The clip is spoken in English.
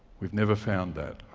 we've never found that.